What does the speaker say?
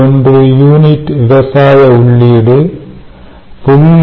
1 unit விவசாய உள்ளீடு 0